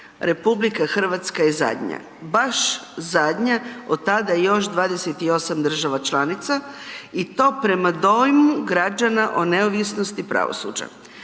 RH je zadnja, baš zadnja, od tada još 28 država članica i to prema dojmu građana o neovisnosti pravosuđa.